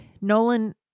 Nolan